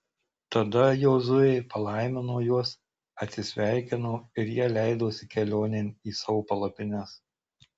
tada jozuė palaimino juos atsisveikino ir jie leidosi kelionėn į savo palapines